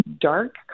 dark